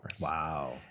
Wow